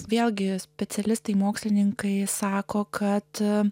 vėlgi specialistai mokslininkai sako kad